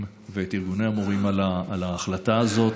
ואת ארגוני המורים על ההחלטה הזאת.